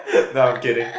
no I'm kidding